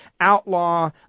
outlaw